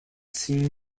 seen